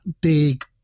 big